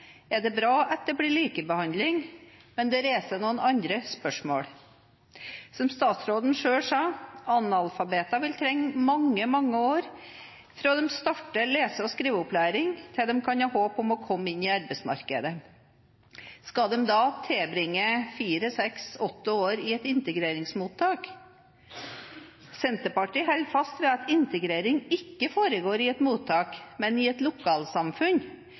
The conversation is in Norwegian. er det bra at det blir likebehandling, men det reiser noen andre spørsmål. Som statsråden selv sa, vil analfabeter trenge mange, mange år fra de starter lese- og skriveopplæring til de kan ha håp om å komme inn i arbeidsmarkedet. Skal de da tilbringe fire, seks, åtte år i et integreringsmottak? Senterpartiet holder fast ved at integrering ikke foregår i et mottak, men i et lokalsamfunn